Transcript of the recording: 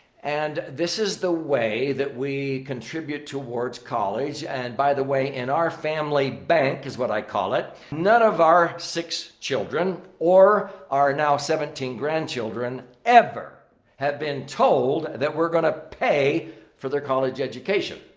and this is the way that we contribute towards college. and by the way, in our family bank is what i call it, none of our six children or our now seventeen grandchildren ever have been told that we're going to pay for their college education.